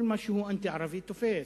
כל מה שהוא אנטי-ערבי תופס.